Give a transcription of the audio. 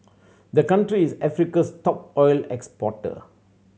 the country is Africa's top oil exporter